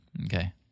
okay